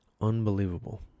unbelievable